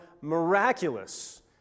miraculous